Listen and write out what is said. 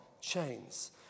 chains